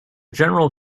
general